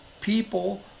people